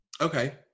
okay